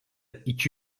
iki